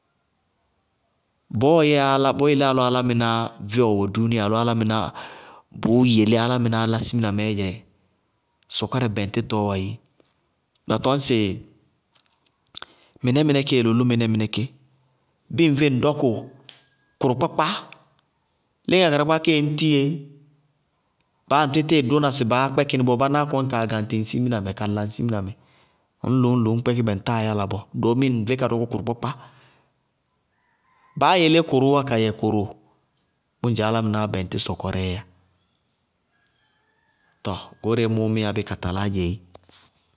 Bɔɔɔ yɛyá álám- bɔɔɔ yeléyá lɔ álámɩná vé ɔ wɛ dúúnia lɔ álámɩná, bʋʋ yelé álámɩnáá lá simina mɛɛ dzɛ, nɛsɩrɛ bɛŋtɩtɔ dzɛ. Ba tɔñ sɩ mɩnɛ-mɩnɩkée lʋlʋ mɩnɛ-mɩnɩkée. Bɩɩ ŋvé ŋ dɔkʋ kʋrʋkpákpá, léŋáa karɩkpákpá kéé ŋñ tɩyéé. Baá ñ ŋñ yáa ŋ tɩtɩɩ dʋna sɩ baá kpɛkɩ nɩ bɔɔ, bánáá kɔnɩ kaa gaŋtɩ ŋ siminamɛ ka la ŋ siminamɛ. Ŋñ lʋñ ŋñ lʋñ ñ kpɛkɩ bɛ ŋtáa yála bɔɔ. Doomi ŋ vé ka dɔkʋ kʋrʋkpákpá. Baá yelé kʋrʋʋwá ka yɛ kʋrʋ. Bʋŋdzɛ álámɩnáá bɛŋtɩ sɔkɔrɛɛyá. Tɔɔ goóreé mʋʋ mɩyáá bɩ ka talaá dzɛé.